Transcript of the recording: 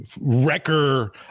wrecker